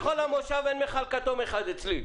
אצלי במושב אצלי אין מכל כתום אחד.